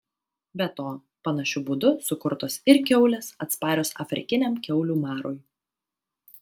be to panašiu būdu sukurtos ir kiaulės atsparios afrikiniam kiaulių marui